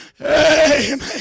amen